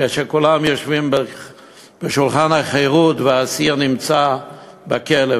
כשכולם יושבים לשולחן החירות והאסיר נמצא בכלא.